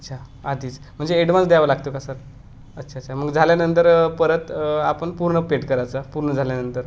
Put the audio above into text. अच्छा आधीच म्हणजे एडवान्स द्यावा लागतो का सर अच्छा अच्छा मग झाल्यानंतर परत आपण पूर्ण पेड करायचा पूर्ण झाल्यानंतर